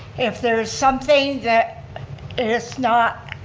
if there is something that is not